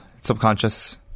subconscious